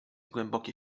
głębokie